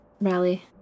rally